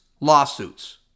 lawsuits